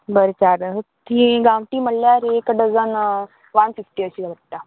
बरें चार तीं गांवटी म्हणल्यार एक डजन वन फिफ्टी अशीं पडटा